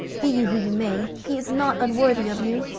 be you who you may, he is not unworthy of you.